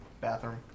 bathroom